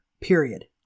period